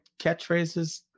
catchphrases